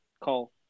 call